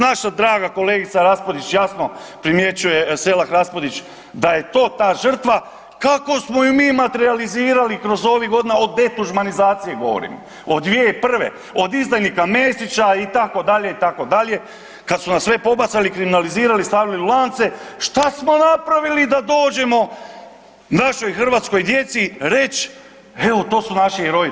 Naša draga kolegica Raspudić jasno primjećuje, Selak Raspudić da je to ta žrtva kako smo ju materijalizirali kroz ovih godina od detuđmanizaciji govorim od 2001., od izdajnika Mesića itd., itd., kad su nam sve pobacali, kriminalizirali i stavili lance šta smo napravili da dođemo našoj hrvatskoj djeci reći evo to su naši heroji.